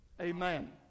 Amen